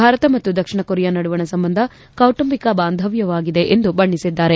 ಭಾರತ ಮತ್ತು ದಕ್ಷಿಣ ಕೊರಿಯಾ ನಡುವಣ ಸಂಬಂಧ ಕೌಟುಂಬಿಕ ಬಾಂಧವ್ವವಾಗಿದೆ ಎಂದು ಬಣ್ಣೆಸಿದ್ದಾರೆ